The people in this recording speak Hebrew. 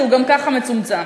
שגם ככה הוא מצומצם.